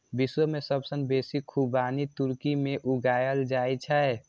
विश्व मे सबसं बेसी खुबानी तुर्की मे उगायल जाए छै